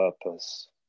purpose